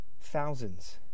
Thousands